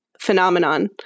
phenomenon